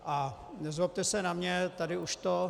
A nezlobte se na mě, tady už to...